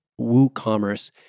WooCommerce